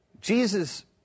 Jesus